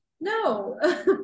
no